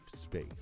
space